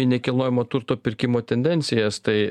į nekilnojamo turto pirkimo tendencijas tai